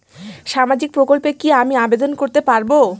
সামাজিক প্রকল্পে কি আমি আবেদন করতে পারবো?